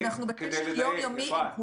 אנחנו בקשר יום-יומי עם כולם.